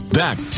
back